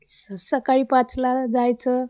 स् सकाळी पाचला जायचं